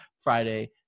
Friday